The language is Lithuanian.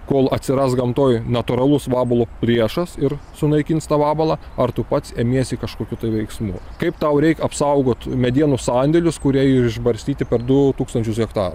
kol atsiras gamtoj natūralus vabalo priešas ir sunaikins tą vabalą ar tu pats emiesi kažkokių tai veiksmų kaip tau reik apsaugot medienos sandėlius kurie išbarstyti per du tūkstančius hektarų